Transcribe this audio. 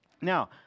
Now